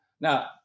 Now